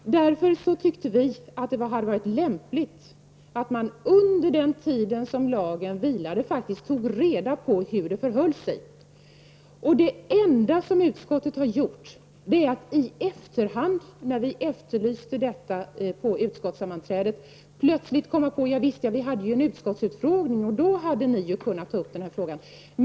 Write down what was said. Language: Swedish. Mot den bakgrunden tyckte vi att det kunde vara lämpligt att under den tid som lagen var vilande faktiskt ta reda på hur saker och ting förhöll sig. Men det enda som utskottet har gjort är att man i efterhand, sedan vi efterlyste ett agerande på ett utskottssammanträde som vi hade, plötsligt erinrade sig att det hade varit en utskottsutfrågning. Man sade: Då hade ni kunnat ta upp denna fråga.